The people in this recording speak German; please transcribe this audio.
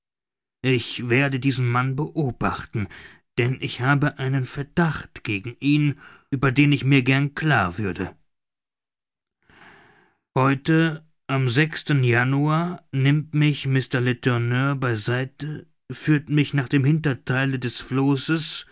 ich werde diesen menschen beobachten denn ich habe einen verdacht gegen ihn über den ich mir gern klar würde heute am januar nimmt mich mr letourneur bei seite führt mich nach dem hintertheile des flosses